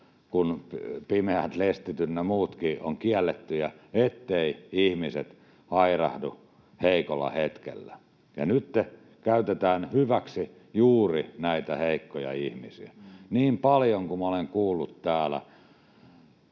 kuin pimeät lestit ynnä muutkin ovat olleet kiellettyjä, etteivät ihmiset hairahdu heikolla hetkellä, ja nytten käytetään hyväksi juuri näitä heikkoja ihmisiä. Niin paljon kuin minä olen kuullut täällä